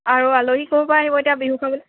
আৰু আলহী ক'ৰ পৰা আহিব এতিয়া বিহু খাবলৈ